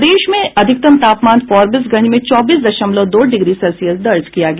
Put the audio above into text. प्रदेश में अधिकतम तापमान फारबिसगंज में चौबीस दशमलव दो डिग्री सेल्सियस दर्ज किया गया